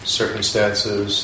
circumstances